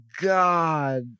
god